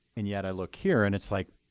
and yet i look here and it's like,